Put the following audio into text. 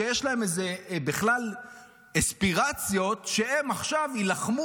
שיש להם בכלל אספירציות שהם עכשיו יילחמו